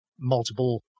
multiple